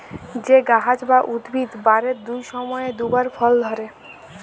যে গাহাচ বা উদ্ভিদ বারের দুট সময়ে দুবার ফল ধ্যরে